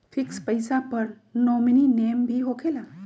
Fix पईसा पर nominee name भी होकेला?